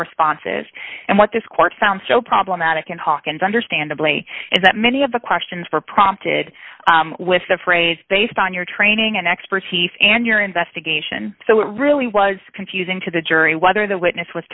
responses and what this court found so problematic in hawkins understandably is that many of the questions were prompted with the phrase based on your training and expertise and your investigation so it really was confusing to the jury whether the witness was